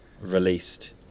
Released